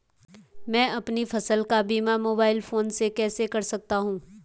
मैं अपनी फसल का बीमा मोबाइल फोन से कैसे कर सकता हूँ?